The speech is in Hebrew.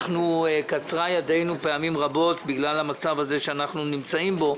קצרה ידינו פעמים רבות בגלל המצב הזה שאנחנו נמצאים בו